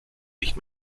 nicht